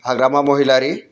हाग्रामा महिलारि